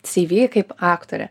ci vi kaip aktorė